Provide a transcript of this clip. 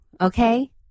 Okay